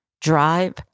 drive